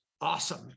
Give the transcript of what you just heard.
awesome